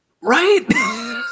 Right